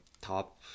top